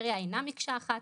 הפריפריה אינה מקשה אחת.